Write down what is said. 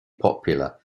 popular